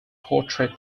portrait